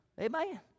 Amen